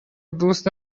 دوست